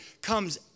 comes